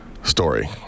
story